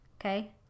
Okay